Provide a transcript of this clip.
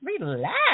relax